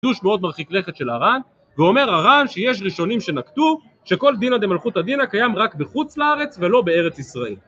חיתוש מאוד מרחיק לכת של הר"ן, ואומר הר"ן שיש ראשונים שנקטו, שכל דינא דמלכותא דינא קיים רק בחוץ לארץ ולא בארץ ישראל.